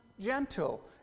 gentle